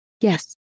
yes